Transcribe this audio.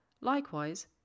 Likewise